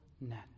net